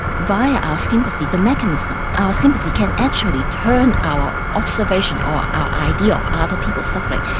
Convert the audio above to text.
via our sympathy, the mechanism, our sympathy can actually turn our observation, or our idea of other people's suffering,